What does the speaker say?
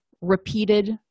repeated